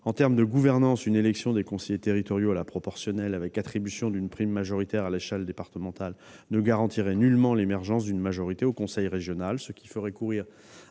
de vue de la gouvernance, une élection des conseillers territoriaux à la proportionnelle avec attribution d'une prime majoritaire à l'échelle départementale ne garantirait nullement l'émergence d'une majorité au conseil régional, ce qui ferait courir